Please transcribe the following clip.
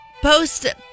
post